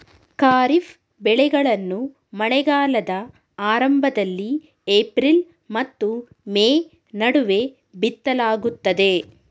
ಖಾರಿಫ್ ಬೆಳೆಗಳನ್ನು ಮಳೆಗಾಲದ ಆರಂಭದಲ್ಲಿ ಏಪ್ರಿಲ್ ಮತ್ತು ಮೇ ನಡುವೆ ಬಿತ್ತಲಾಗುತ್ತದೆ